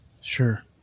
Sure